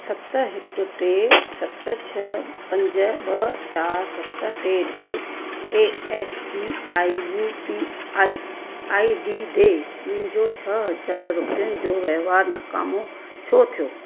सत हिकु टे सत छह पंज ॿ चार सत टे टे ए S B I U P I I D ॾिए मुंहिंजो छह हज़ार रुपयनि जो वहिंवारु नाकाम छो थियो